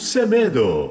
Semedo